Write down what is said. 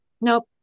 Nope